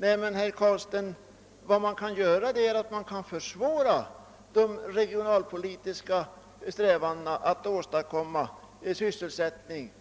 Nej, men herr Carlstein, vad man kan göra är, att man kan försvåra de regionalpolitiska strävandena att lokalisera företag och sysselsättning